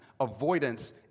Avoidance